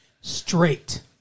Straight